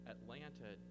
Atlanta